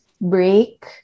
break